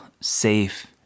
safe